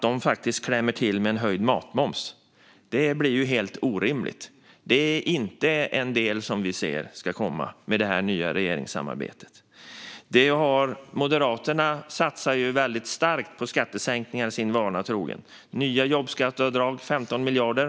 De klämmer till med höjd matmoms, vilket blir helt orimligt. Det är inte en del vi ser ska komma med det nya regeringssamarbetet. Moderaterna satsar sin vana trogna väldigt starkt på skattesänkningar; det är nya jobbskatteavdrag om 15 miljarder.